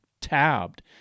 tabbed